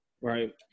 Right